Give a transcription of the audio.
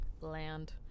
land